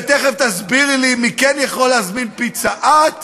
ותכף תסבירי לי מי כן יכול להזמין "פיצה האט",